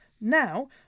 now